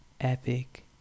epic